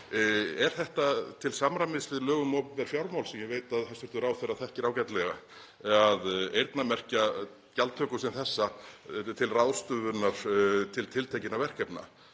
Er þetta til samræmis við lög um opinber fjármál, sem ég veit að hæstv. ráðherra þekkir ágætlega, að eyrnamerkja gjaldtöku sem þessa til ráðstöfunar til tiltekinna verkefna?